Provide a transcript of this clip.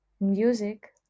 music